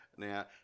Now